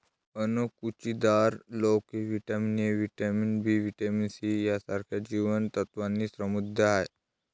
अणकुचीदार लोकी vitamin A, vitamin B, vitamin C यांसारख्या जीवन सत्त्वांनी समृद्ध आहे